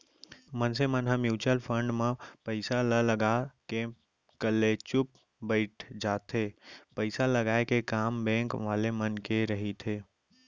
मनसे मन ह म्युचुअल फंड म पइसा ल लगा के कलेचुप बइठ जाथे पइसा लगाय के काम बेंक वाले मन के रहिथे